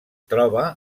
troba